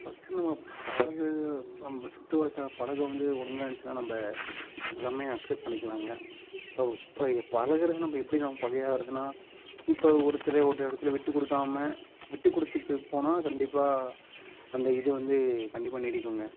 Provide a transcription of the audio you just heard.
first நம்ம பழகு நம்ம சுற்றுவட்டார பழக்கம் வந்து ஒழுங்காக இருந்துச்சுனால் நம்ம எல்லாமே அக்சப்ட் பண்ணிக்கிலாங்க இப்போது இப்போ பழகுகிறது நம்ம எப்படி நமக்கு பகையாக வருதுனால் இப்போ ஒருத்தரை ஒரு இடத்துல விட்டுக் கொடுக்காம விட்டுக் கொடுத்து இப்போ போனால் கண்டிப்பாக அந்த இது வந்து கண்டிப்பாக நீடிக்குங்க